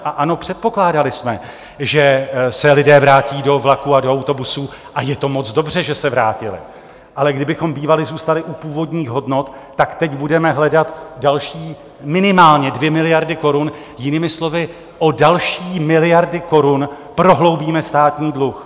A ano, předpokládali jsme, že se lidé vrátí do vlaků a do autobusů a je to moc dobře, že se vrátili, ale kdybychom bývali zůstali u původních hodnot, tak teď budeme hledat další minimálně 2 miliardy korun, jinými slovy, o další miliardy korun prohloubíme státní dluh.